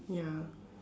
ya